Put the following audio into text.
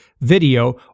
video